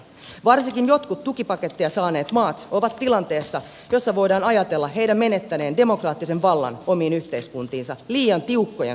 varsinkin jotkut tukipaketteja saaneet maat ovat tilanteessa jossa voidaan ajatella heidän menettäneen demokraattisen vallan omiin yhteiskuntiinsa liian tiukkojen sopeutusohjelmien myötä